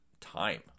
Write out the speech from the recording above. time